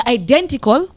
identical